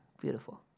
beautiful